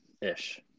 ish